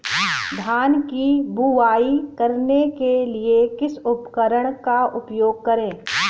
धान की बुवाई करने के लिए किस उपकरण का उपयोग करें?